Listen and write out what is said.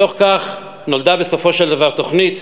מתוך כך נולדה בסופו של דבר תוכנית